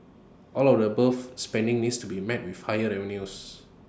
all of the above spending needs to be met with higher revenues